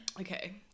Okay